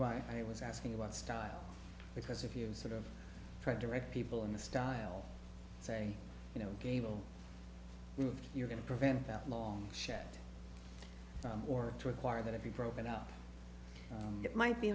why i was asking about style because if you sort of try to write people in the style say you know gable you're going to prevent that long shot or to acquire that if you broke it up it might be